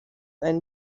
ein